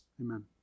Amen